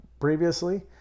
previously